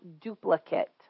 duplicate